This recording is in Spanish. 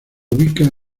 ubica